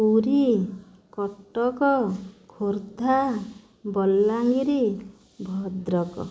Puri Cuttack Khordha Balangir Bhadrak